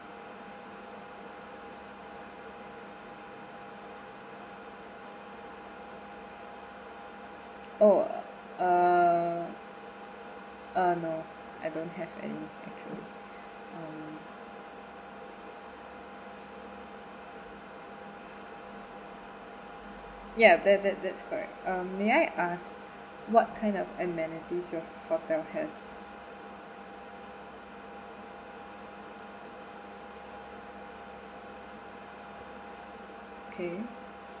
oh uh uh no I don't have any um ya that that that's correct uh may I ask what kind of amenities your hotel has okay